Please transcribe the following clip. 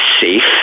safe